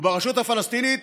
וברשות הפלסטינית